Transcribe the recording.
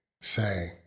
say